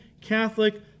Catholic